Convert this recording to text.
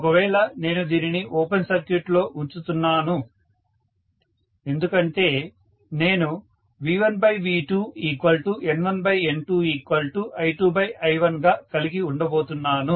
ఒకవేళ నేను దీనిని ఓపెన్ సర్క్యూట్ లో ఉంచుతున్నాను ఎందుకంటే నేను V1V2N1N2I2I1 గా కలిగి ఉండబోతున్నాను